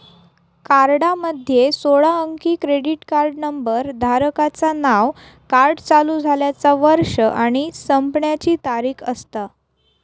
कार्डामध्ये सोळा अंकी क्रेडिट कार्ड नंबर, धारकाचा नाव, कार्ड चालू झाल्याचा वर्ष आणि संपण्याची तारीख असता